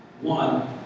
One